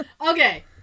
Okay